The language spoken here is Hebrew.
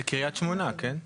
זה קריית שמונה, כן?